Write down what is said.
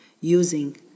Using